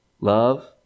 Love